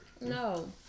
No